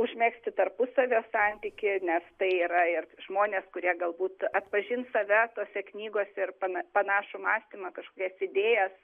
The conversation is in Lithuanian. užmegzti tarpusavio santykį nes tai yra ir žmonės kurie galbūt atpažins save tose knygose ir pana panašų mąstymą kažkokias idėjas